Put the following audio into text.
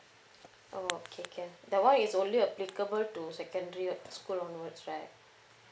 oh okay can that one is only applicable to secondary school onwards right